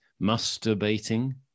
masturbating